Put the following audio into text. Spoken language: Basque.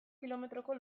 kilometroko